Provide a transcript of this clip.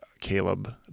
Caleb